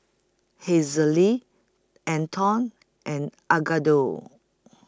Hazelle Anton and Edgardo